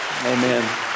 Amen